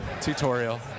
tutorial